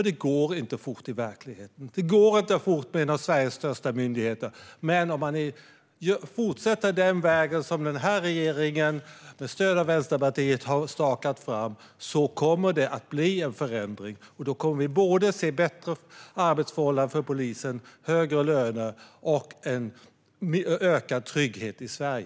Det går inte fort i verkligheten, och det går inte fort på en av Sveriges största myndigheter. Men om vi fortsätter på den väg som regeringen med stöd av Vänsterpartiet har stakat fram kommer det att bli en förändring, och då kommer vi att se bättre arbetsförhållanden och högre löner för polisen och en ökad trygghet i Sverige.